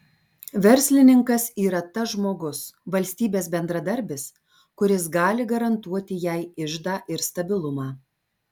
verslininkas yra tas žmogus valstybės bendradarbis kuris gali garantuoti jai iždą ir stabilumą